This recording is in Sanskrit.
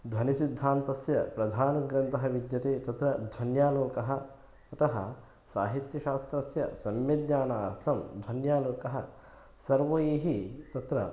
ध्वनिसिद्धान्तस्य प्रधानग्रन्थः विद्यते तत्र ध्वन्यालोकः अतः साहित्यशास्त्रस्य सम्यक् ज्ञानार्थं ध्वन्यालोकः सर्वैः तत्र